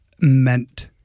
meant